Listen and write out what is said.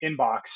inbox